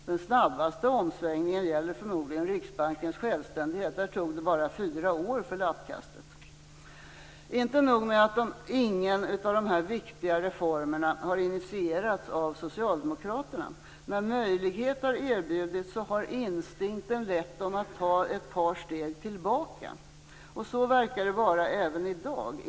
Den snabbaste omsvängningen gäller förmodligen Riksbankens självständighet. Där tog det "bara" fyra år för lappkastet. Inte nog med att ingen av dessa viktiga reformer har initierats av Socialdemokraterna. När möjlighet har erbjudits har instinkten lett dem att ta ett par steg tillbaka. Så verkar det vara även i dag.